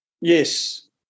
Yes